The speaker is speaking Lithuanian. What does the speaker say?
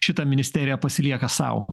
šitą ministerija pasilieka sau